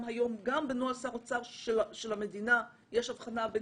גם בנוהל שר אוצר של המדינה יש הבחנה בין